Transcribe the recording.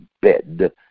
bed